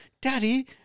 Daddy